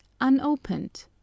unopened